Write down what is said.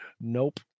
nope